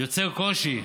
יוצר קושי.